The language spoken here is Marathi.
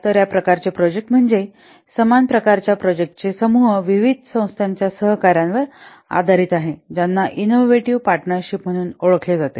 तर या प्रकारचे प्रोजेक्ट म्हणजे समान प्रकारच्या प्रोजेक्टांचे समूह विविध संस्थांच्या सहकार्यावर आधारित आहेत ज्यांना इनोवेटिव्ह पार्टनर शिप म्हणून ओळखले जाते